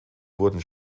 wurden